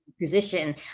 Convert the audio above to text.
position